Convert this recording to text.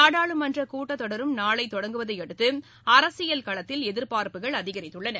நாடாளுமன்ற கூட்டத்தொடரும் நாளை தொடங்குவதையடுத்து அரசியல் களத்தில் எதிர்பார்ப்புகள் அதிகரித்துள்ளன